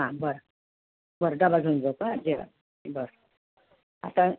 हा बरं बरं डबा घेऊन जाऊ प जेवायाला बरं आता